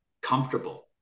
comfortable